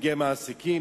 מנציגי מעסיקים,